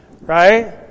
Right